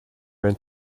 man